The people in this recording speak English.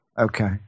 Okay